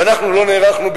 ואנחנו לא נערכנו,